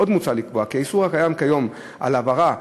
עוד מוצע לקבוע כי האיסור הקיים כיום על העברה,